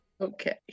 Okay